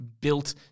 built